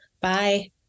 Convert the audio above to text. Bye